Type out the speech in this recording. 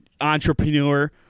entrepreneur